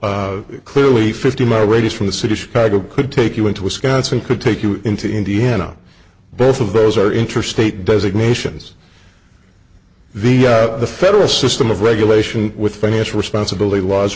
now clearly a fifty mile radius from the city of chicago could take you into wisconsin could take you into indiana both of those are interstate designations the federal system of regulation with financial responsibility laws